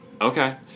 Okay